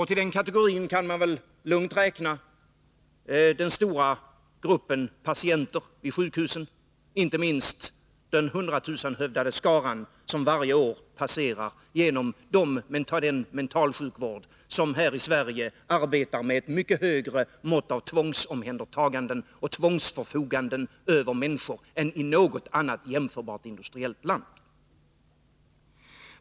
Till den kategorin kan man väl lugnt räkna den stora gruppen patienter vid sjukhusen, inte minst den hundratusenhövdade skara som varje år passerar genom den mentalsjukvård som här i Sverige arbetar med ett mycket högre mått av tvångsomhändertagande och tvångsförfogande över människor än i något annat jämförbart industriellt land.